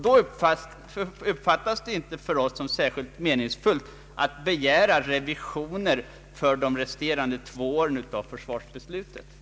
Då uppfattas det inte av oss såsom särskilt meningsfullt att begära revisioner av försvarsbeslutet för de resterande två åren.